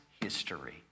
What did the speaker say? history